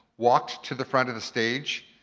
walked to the front of the stage.